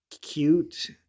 cute